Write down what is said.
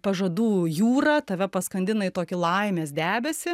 pažadų jūra tave paskandina į tokį laimės debesį